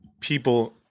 people